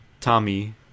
Tommy